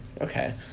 Okay